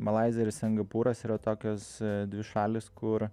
malaizija ir singapūras yra tokios dvi šalys kur